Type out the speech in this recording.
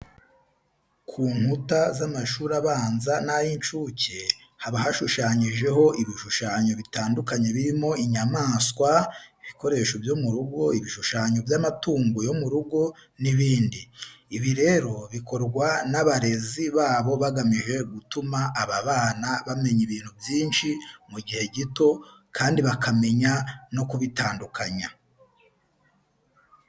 Ku nkuta z'amashuri abanza n'ay'incuke, haba hashushanyijeho ibishushanyo bitandukanye birimo inyamaswa, ibikoresho byo mu rugo, ibishushanyo by'amatungo yo mu rugo n'ibindi. Ibi rero bikorwa n'abarezi babo bagamije gutuma aba bana bamenya ibintu byinshi mu gihe gito kandi bakamenya no kubitandukanya.